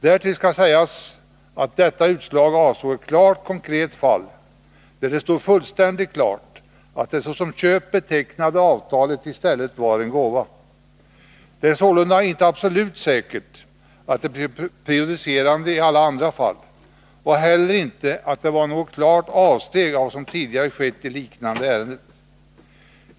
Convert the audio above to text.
Därtill skall sägas att detta utslag avsåg ett konkret fall, där det stod fullständigt klart att det såsom köp betecknade avtalet i stället var en gåva. Det är sålunda inte absolut säkert att det blir prejudicerande i alla andra fall, och inte heller att det var något klart avsteg från vad som tidigare skett i liknande ärenden.